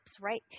Right